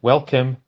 Welcome